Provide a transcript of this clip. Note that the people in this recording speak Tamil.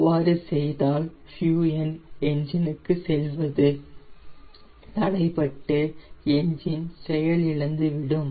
அவ்வாறு செய்தால் ஃபியூயெல் என்ஜின் க்கு செல்வது தடைப்பட்டு என்ஜின் செயலிழந்துவிடும்